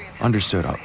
Understood